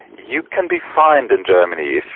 you can be fined in germany,